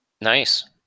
Nice